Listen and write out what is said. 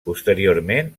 posteriorment